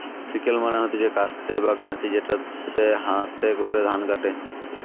sickle মানে হতিছে কাস্তে বা কাঁচি যেটাতে হাতে করে ধান কাটে